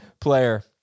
player